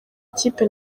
ikipe